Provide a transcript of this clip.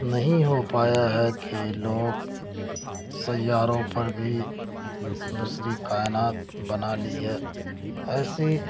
نہیں ہو پایا ہے کہ لوگ سیاروں پر بھی دوسری کائنات بنا لیا ایسی